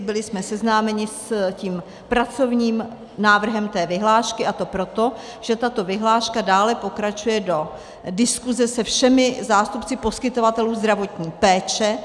Byli jsme seznámeni s pracovním návrhem té vyhlášky, a to proto, že tato vyhláška dále pokračuje do diskuse se všemi zástupci poskytovatelů zdravotní péče.